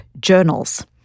journals